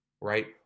right